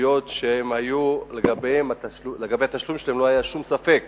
בתביעות שלגבי התשלום שלהן לא היה שום ספק,